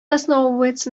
основывается